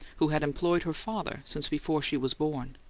who had employed her father since before she was born.